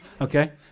okay